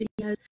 videos